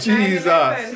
Jesus